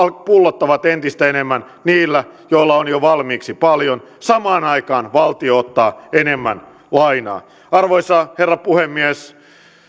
pullottavat entistä enemmän niillä joilla on jo valmiiksi paljon samaan aikaan valtio ottaa enemmän lainaa arvoisa herra puhemies